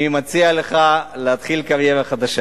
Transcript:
אני מציע לך להתחיל קריירה חדשה.